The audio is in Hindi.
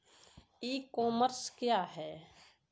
ई कॉमर्स क्या है?